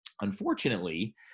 unfortunately